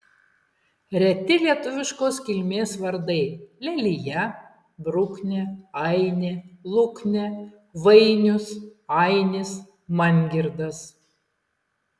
reti lietuviškos kilmės vardai lelija bruknė ainė luknė vainius ainis mangirdas